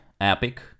Epic